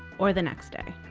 or the next day!